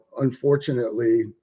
unfortunately